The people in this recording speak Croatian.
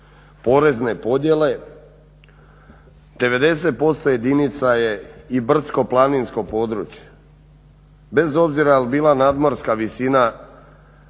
porezne podjele 90% jedinica je i brdsko-planinsko područje bez obzira jel' bila nadmorska visina